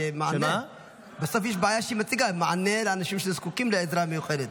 מענה לאנשים שזקוקים לעזרה מיוחדת.